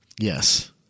Yes